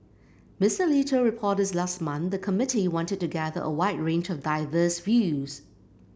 Mister Lee told reporters last month the committee wanted to gather a wide range of diverse views